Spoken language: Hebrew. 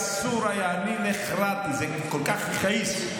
אסור היה, אני נחרדתי, זה כל כך הכעיס,